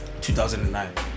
2009